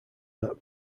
that